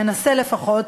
מנסה לפחות,